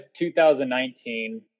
2019